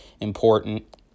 important